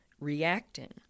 reacting